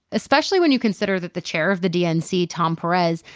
especially when you consider that the chair of the dnc, tom perez,